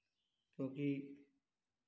क्योंकि